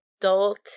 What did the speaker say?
adult